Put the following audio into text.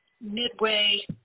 midway